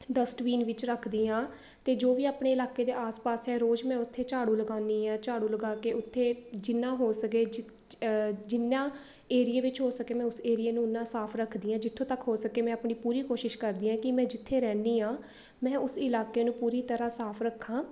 dustbin ਵਿੱਚ ਰੱਖਦੀ ਹਾਂ ਅਤੇ ਜੋ ਵੀ ਆਪਣੇ ਇਲਾਕੇ ਦੇ ਆਸ ਪਾਸ ਹੈ ਰੋਜ਼ ਮੈਂ ਉੱਥੇ ਝਾੜੂ ਲਗਾਉਂਦੀ ਹਾਂ ਝਾੜੂ ਲਗਾ ਕੇ ਉੱਥੇ ਜਿੰਨਾ ਹੋ ਸਕੇ ਜ ਜਿੰਨਾਂ ਏਰੀਏ ਵਿੱਚ ਹੋ ਸਕੇ ਮੈਂ ਉਸ ਏਰੀਏ ਨੂੰ ਉਨਾਂ ਸਾਫ਼ ਰੱਖਦੀ ਹਾਂ ਜਿੱਥੋਂ ਤੱਕ ਹੋ ਸਕੇ ਮੈਂ ਆਪਣੀ ਪੂਰੀ ਕੋਸ਼ਿਸ਼ ਕਰਦੀ ਹਾਂ ਕਿ ਮੈਂ ਜਿੱਥੇ ਰਹਿੰਦੀ ਹਾਂ ਮੈਂ ਉਸ ਇਲਾਕੇ ਨੂੰ ਪੂਰੀ ਤਰ੍ਹਾਂ ਸਾਫ਼ ਰੱਖਾਂ